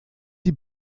die